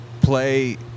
play